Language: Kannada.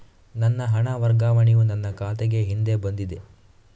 ನನ್ನ ಹಣ ವರ್ಗಾವಣೆಯು ನನ್ನ ಖಾತೆಗೆ ಹಿಂದೆ ಬಂದಿದೆ